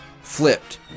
flipped